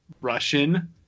Russian